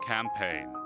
Campaign